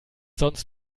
sonst